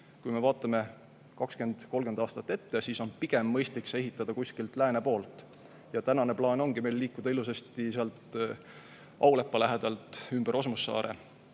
Kui me vaatame 20–30 aastat ette, siis on pigem mõistlik see ehitada kuskilt lääne poolt. Praegune plaan ongi meil liikuda ilusasti sealt Aulepa lähedalt ümber Osmussaare,